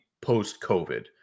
post-COVID